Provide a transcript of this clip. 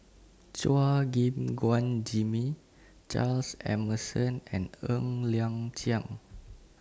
Chua Gim Guan Jimmy Charles Emmerson and Ng Liang Chiang